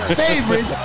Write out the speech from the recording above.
favorite